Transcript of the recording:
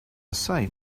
say